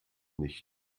nicht